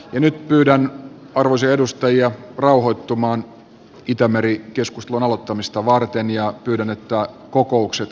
nyt pyydän arvoisia edustajia rauhoittumaan itämeri keskustelun aloittamista varten ja pyydän että kokoukset käytävällä lopetetaan